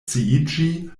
sciiĝi